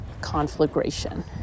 conflagration